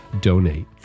donate